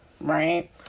right